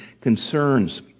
concerns